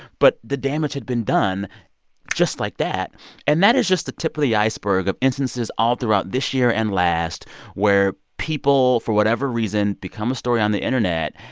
but the damage had been done just like that and that is just the tip of the iceberg of instances all throughout this year and last where people, for whatever reason, become a story on the internet.